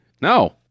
no